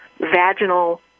vaginal